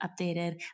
updated